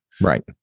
Right